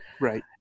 Right